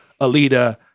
Alita